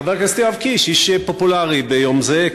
חבר הכנסת יואב קיש איש פופולרי ביום הזה,